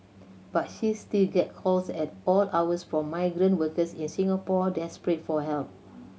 but she still gets calls at all hours from migrant workers in Singapore desperate for help